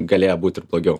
galėję būt ir blogiau